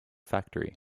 factory